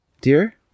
dear